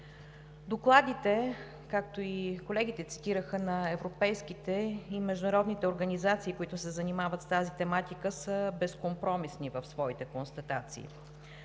Докладите, както и колегите цитираха, на европейските и международните организации, които се занимават с тази тематика, са безкомпромисни в своите констатации.